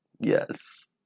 yes